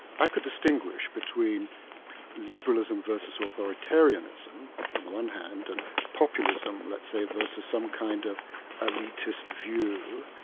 i could distinguish between liberalism versus authoritarianism on the one hand, and populism, let's say, versus some kind of elitist view,